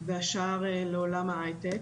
והשער לעולם ההייטק,